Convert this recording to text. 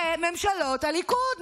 זה ממשלות הליכוד.